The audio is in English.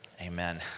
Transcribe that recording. Amen